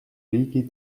riigi